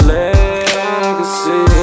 legacy